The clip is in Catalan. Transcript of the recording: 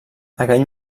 aquell